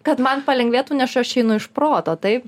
kad man palengvėtų nes aš čia einu iš proto taip